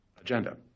agenda